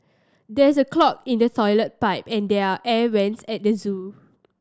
there is a clog in the toilet pipe and there are air vents at the zoo